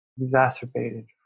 exacerbated